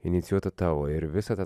inicijuota tavo ir visą tą